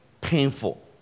painful